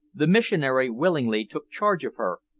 the missionary willingly took charge of her,